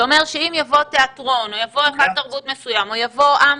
זה אומר שאם יבוא תיאטרון או יבוא היכל תרבות מסוים או אמפי,